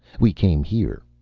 we came here.